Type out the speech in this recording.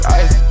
ice